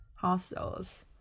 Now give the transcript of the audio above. hostels